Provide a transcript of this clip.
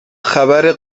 خبر